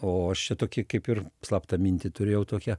o aš čia tokį kaip ir slaptą mintį turėjau tokią